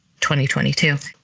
2022